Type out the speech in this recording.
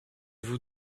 vous